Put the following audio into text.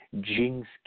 jinx